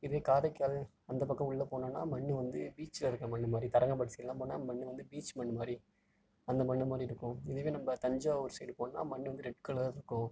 இதே காரைக்கால் அந்த பக்கம் உள்ளே போனோம்னால் மண் வந்து பீச்சில் இருக்கற மண் மாதிரி தரங்கம்பாடி சைடெலாம் போனால் மண் வந்து பீச் மண் மாதிரி அந்த மண் மாதிரி இருக்கும் இதுவே நம்ம தஞ்சாவூர் சைடு போனோம்னால் மண் வந்து ரெட் கலர் இருக்கும்